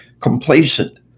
complacent